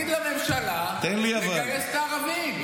תגיד לממשלה לגייס את הערבים,